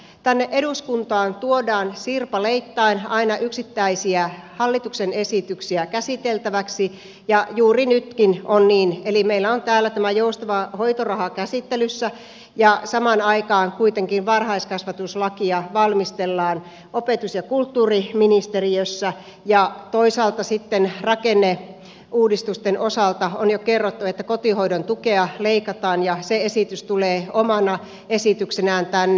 tänne eduskuntaan tuodaan sirpaleittain aina yksittäisiä hallituksen esityksiä käsiteltäväksi ja juuri nytkin on niin eli meillä on täällä tämä joustava hoitoraha käsittelyssä ja samaan aikaan kuitenkin varhaiskasvatuslakia valmistellaan opetus ja kulttuuriministeriössä ja toisaalta sitten rakenneuudistusten osalta on jo kerrottu että kotihoidon tukea leikataan ja se esitys tulee omana esityksenään tänne